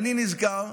ואני נזכר,